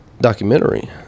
documentary